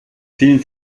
vielen